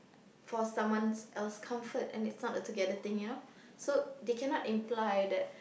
for someone else comfort and it's not a together thing you know so they cannot imply that